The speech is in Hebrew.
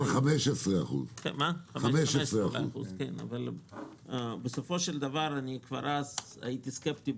על 15%. כבר באותו דיון הייתי סקפטי,